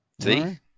see